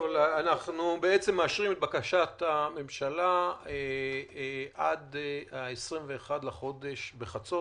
בעצם אנחנו מאשרים את בקשת הממשלה עד ה-21 לחודש בחצות.